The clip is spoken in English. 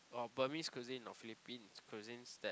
or Burmese cuisine or Philippines cuisines that